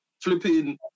flipping